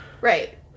right